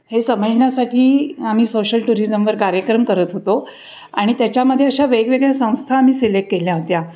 हे समजण्यासाठी आम्ही सोशल टुरिजमवर कार्यक्रम करत होतो आणि त्याच्यामध्ये अशा वेगवेगळ्या संस्था आम्ही सिलेक्ट केल्या होत्या